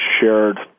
shared